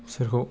सोरखौ